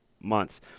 months